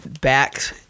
Back